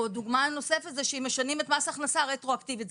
דוגמה נוספת זה שאם משנים את מס הכנסה רטרואקטיבית.